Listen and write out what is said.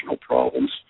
problems